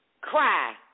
Cry